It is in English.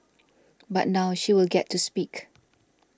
but now she will get to speak